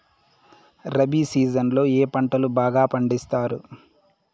rabi season లో ఏ పంటలు బాగా పండిస్తారు